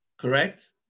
Correct